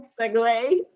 segue